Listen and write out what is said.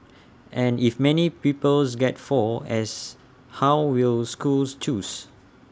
and if many pupils get four as how will schools choose